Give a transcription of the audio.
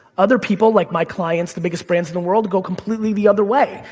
other people like my clients, the biggest brands in the world, go completely the other way,